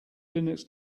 linux